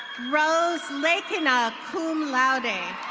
rose lakeana, cum laude.